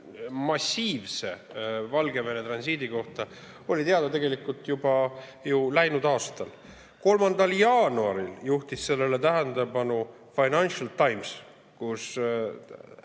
massiivse Valgevene transiidi kohta oli teada juba läinud aastal. 3. jaanuaril juhtis sellele tähelepanu Financial Times, kus